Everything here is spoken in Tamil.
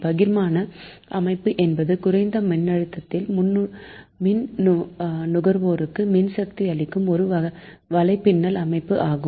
பகிர்மான அமைப்பு என்பது குறைந்த மின்னழுத்ததில் மின்நுகர்வோருக்கு மின்சக்தி அளிக்கும் ஒரு வலைப்பின்னல் அமைப்பு ஆகும்